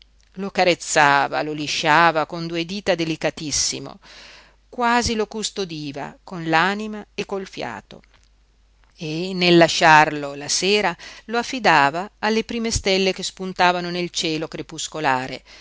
ineffabile lo carezzava lo lisciava con due dita delicatissime quasi lo custodiva con l'anima e col fiato e nel lasciarlo la sera lo affidava alle prime stelle che spuntavano nel cielo crepuscolare